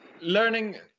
learning